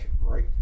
right